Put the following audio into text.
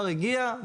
ידיכם,